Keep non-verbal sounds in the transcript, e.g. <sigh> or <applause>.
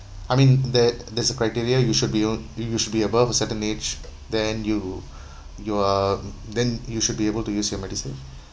I mean that that's a criteria you should be a~ you should be above a certain age then you <breath> you are then you should be able to use your medicine <breath>